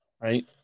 right